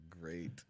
great